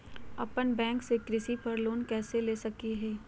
अपना बैंक से कृषि पर लोन कैसे ले सकअ हियई?